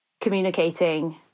communicating